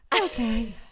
okay